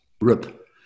rip